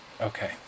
Okay